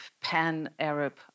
pan-Arab